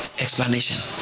explanation